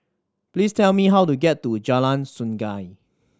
please tell me how to get to Jalan Sungei